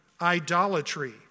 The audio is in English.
idolatry